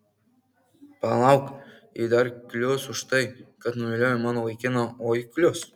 palauk jai dar klius už tai kad nuviliojo mano vaikiną oi klius